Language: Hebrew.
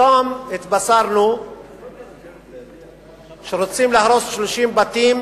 היום התבשרנו שרוצים להרוס 30 בתים